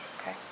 Okay